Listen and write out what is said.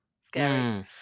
scary